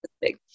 big